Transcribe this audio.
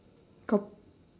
got